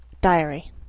Diary